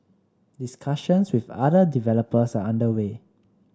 discussions with other developers are under way